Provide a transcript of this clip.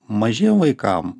mažiem vaikam